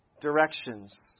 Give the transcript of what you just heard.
directions